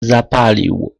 zapalił